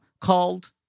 called